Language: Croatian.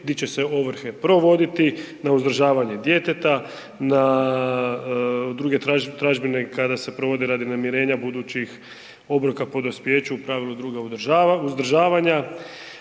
gdje će se ovrhe provoditi na uzdržavanje djeteta, na druge tražbine kada se provode radi namirenja budućih obroka po dospijeću u pravilu druga uzdržavanja